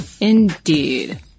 Indeed